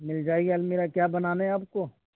مل جائے گی المیرا کیا بنانے آپ کو